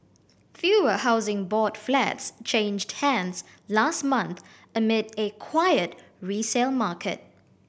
fewer Housing Board flats changed hands last month amid a quiet resale market